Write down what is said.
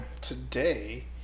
today